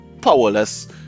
powerless